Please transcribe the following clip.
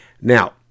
Now